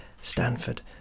Stanford